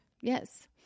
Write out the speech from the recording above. Yes